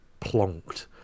plonked